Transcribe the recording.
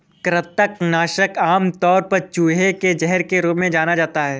कृंतक नाशक आमतौर पर चूहे के जहर के रूप में जाना जाता है